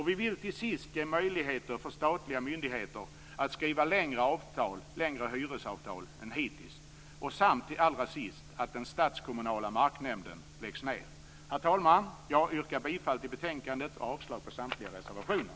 Vi vill ge möjligheter för statliga myndigheter att skriva längre hyresavtal än hittills. Och vi vill till sist att den statskommunala marknämnden läggs ned. Herr talman! Jag yrkar bifall till hemställan i betänkandet och avslag på samtliga reservationer.